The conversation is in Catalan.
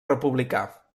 republicà